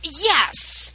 yes